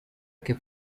que